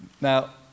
Now